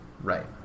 Right